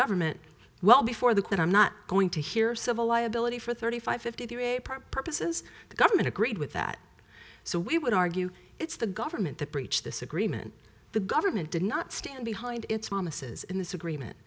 government well before the that i'm not going to hear civil liability for thirty five fifty eight purposes the government agreed with that so we would argue it's the government that breach this agreement the government did not stand behind its mamma says in this agreement